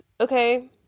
Okay